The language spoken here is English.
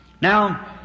Now